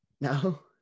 No